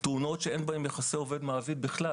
תאונות שאין בהן יחסי עובד מעביד בכלל